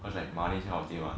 cause like money kind of thing what